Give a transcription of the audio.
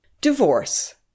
Divorce